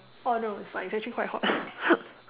oh no it's fine it's actually quite hot